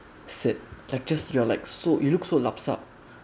sit like just you're like so you look so lap sap